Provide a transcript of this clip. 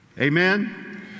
Amen